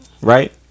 Right